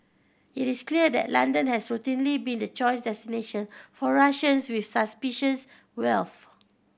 it is clear that London has routinely been the choice destination for Russians with suspicious wealth